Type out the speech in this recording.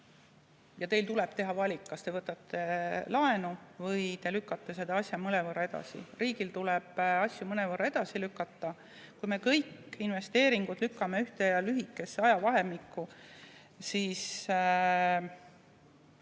ja teil tuleb teha valik, kas te võtate laenu või te lükkate selle asja mõnevõrra edasi. Riigil tuleb asju mõnevõrra edasi lükata. Kui me kõik investeeringud lükkame ühte lühikesse ajavahemikku, siis